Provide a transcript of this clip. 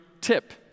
tip